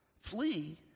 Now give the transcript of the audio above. Flee